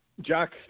Jack